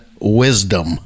wisdom